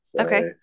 Okay